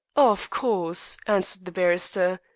of course, answered the barrister.